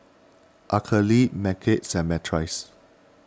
Araceli Mykel and Myrtice